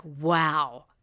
wow